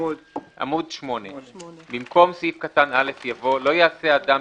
(1)במקום סעיף קטן (א) יבוא: "(א)לא יעשה אדם,